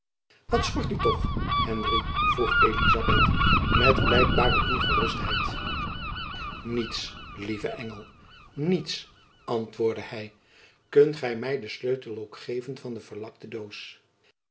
wat schort u toch henry vroeg elizabeth met blijkbare ongerustheid jacob van lennep elizabeth musch niets lieve engel niets antwoordde hy kunt gy my den sleutel ook geven van de verlakte doos